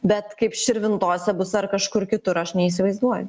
bet kaip širvintose bus ar kažkur kitur aš neįsivaizduoju